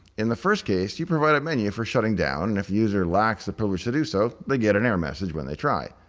in the first case you provide a menu for shutting down and if the user lacks the privilege to do so, they get an error message when they try.